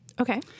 Okay